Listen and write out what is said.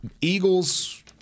Eagles